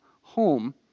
home